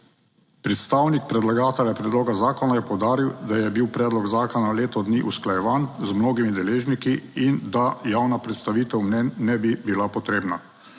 Predstavnik predlagatelja predloga zakona je poudaril, da je bil predlog zakona leto dni usklajevan z mnogimi deležniki in da javna predstavitev mnenj ne bi bila potrebna.